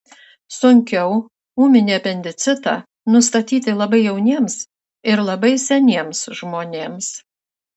sunkiau ūminį apendicitą nustatyti labai jauniems ir labai seniems žmonėms